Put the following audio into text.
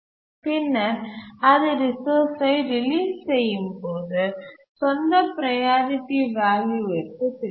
பின்னர் அது ரிசோர்ஸ்ஐ ரிலீஸ் செய்யும் போது சொந்த ப்ரையாரிட்டி வால்யூ விற்கு திரும்பும்